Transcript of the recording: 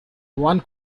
one